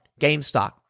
GameStop